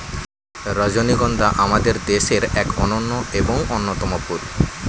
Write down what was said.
রজনীগন্ধা আমাদের দেশের এক অনন্য এবং অন্যতম ফুল